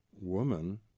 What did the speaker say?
woman